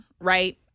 right